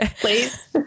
Please